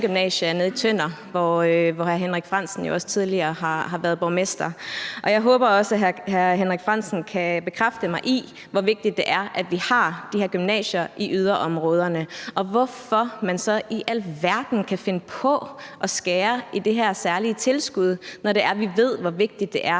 gymnasie er nede i Tønder, hvor hr. Henrik Frandsen jo også tidligere har været borgmester. Og jeg håber også, at hr. Henrik Frandsen kan bekræfte mig i, hvor vigtigt det er, at vi har de her gymnasier i yderområderne, og forklare mig, hvordan man så i alverden kan finde på at skære i det her særlige tilskud, når vi ved, hvor vigtigt det er